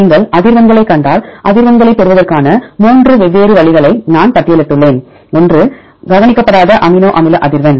நீங்கள் அதிர்வெண்களைக் கண்டால் அதிர்வெண்களைப் பெறுவதற்கான மூன்று வெவ்வேறு வழிகளை நான் பட்டியலிட்டுள்ளேன் ஒன்று கவனிக்கப்படாத அமினோ அமில அதிர்வெண்